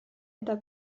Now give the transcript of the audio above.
eta